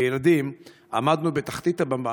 כילדים עמדנו בתחתית הבמה,